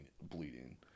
Bleeding